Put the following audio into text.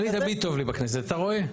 אני תמיד טוב לי בכנסת, אתה רואה?